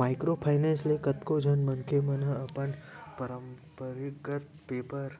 micro finance ले कतको झन मनखे मन ह अपन पंरपरागत बेपार